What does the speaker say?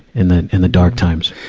and the, and the dark times.